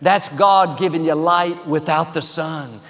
that's god giving you light without the sun,